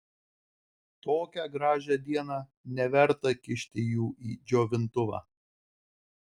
tokią gražią dieną neverta kišti jų į džiovintuvą